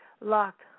locked